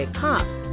cops